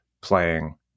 playing